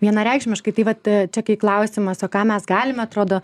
vienareikšmiškai tai vat čia kai klausimas o ką mes galime atrodo